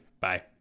Bye